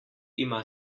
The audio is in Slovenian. ima